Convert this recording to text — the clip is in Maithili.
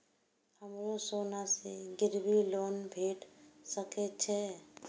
हमरो सोना से गिरबी लोन भेट सके छे?